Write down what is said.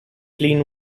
clean